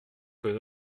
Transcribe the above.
qu’un